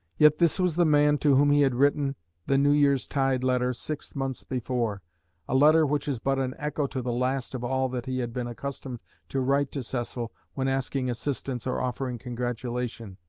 yet this was the man to whom he had written the new year's tide letter six months before a letter which is but an echo to the last of all that he had been accustomed to write to cecil when asking assistance or offering congratulation.